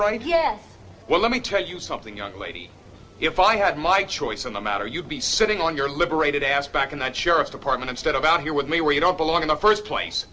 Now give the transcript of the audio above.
right yes well let me tell you something young lady if i had my choice in the matter you'd be sitting on your liberated ass back in that sheriff's department instead of out here with me where you don't belong in the first place